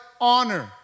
honor